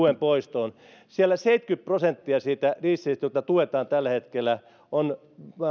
verotuen poistoon siellä seitsemänkymmentä prosenttia siitä dieselistä jota tuetaan tällä hetkellä on